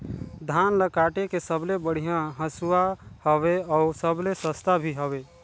धान ल काटे के सबले बढ़िया हंसुवा हवये? अउ सबले सस्ता भी हवे?